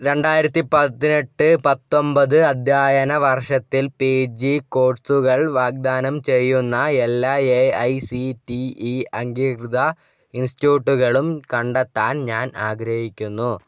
രണ്ടായിരത്തി പതിനെട്ട് പത്തൊമ്പത് അധ്യയന വർഷത്തിൽ പി ജി കോഴ്സുകൾ വാഗ്ദാനം ചെയ്യുന്ന എല്ലാ A I C T E അംഗീകൃത ഇൻസ്റ്റിറ്റ്യൂട്ടുകളും കണ്ടെത്താൻ ഞാൻ ആഗ്രഹിക്കുന്നു